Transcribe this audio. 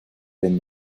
been